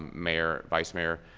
mayor, vice mayor,